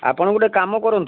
ଆପଣ ଗୋଟେ କାମ କରନ୍ତୁ